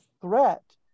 threat